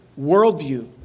worldview